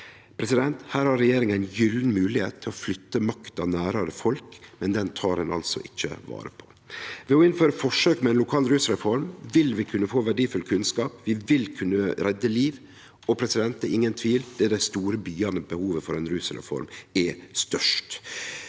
Her har regjeringa ei gylden moglegheit til å flytte makta nærare folk, men den tek ein altså ikkje vare på. Ved å innføre forsøk med ei lokal rusreform vil vi kunne få verdifull kunnskap, vi vil kunne redde liv. Det er ingen tvil om at det er i dei store byane behovet for ei rusreform er størst.